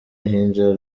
hinjira